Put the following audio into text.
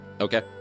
okay